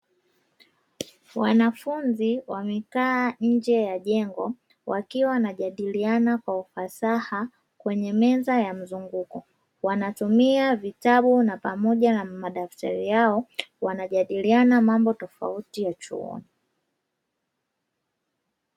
Wanafunzi wamekaa nje ya jengo, wakiwa wanajadiliana kwa ufasaha, kwenye meza ya mzunguko. Wanatumia vitabu na pamoja na madaftari yao, wanajadiliana mambo tofauti ya chuo.